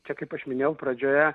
čia kaip aš minėjau pradžioje